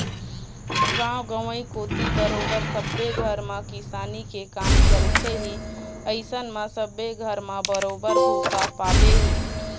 गाँव गंवई कोती बरोबर सब्बे घर म किसानी के काम चलथे ही अइसन म सब्बे घर म बरोबर भुसा पाबे ही